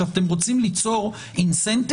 אתם רוצים ליצור תמריץ